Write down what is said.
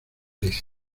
este